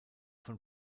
von